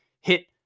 hit